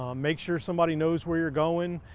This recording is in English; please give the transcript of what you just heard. um make sure somebody knows where you're going.